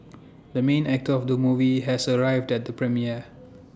the main actor of the movie has arrived at the premiere